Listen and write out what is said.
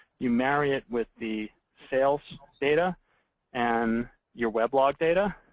you marry it with the sales data and your web log data.